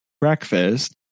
breakfast